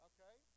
Okay